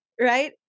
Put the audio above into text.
right